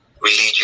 religion